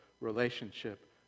relationship